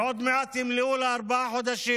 ועוד מעט ימלאו לה ארבעה חודשים.